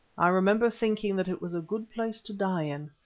i remember thinking that it was a good place to die in.